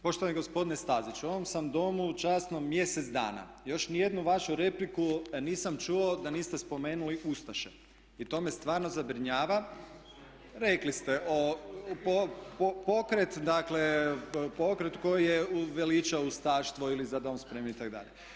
Poštovani gospodine Staziću, u ovom sam Domu časnom mjesec dana, još niti jednu vašu repliku nisam čuo da niste spomenuli ustaše i to me stvarno zabrinjava. … [[Upadica se ne čuje.]] Rekli ste, pokret dakle koji je uveličao ustaštvo ili za dom spremni itd.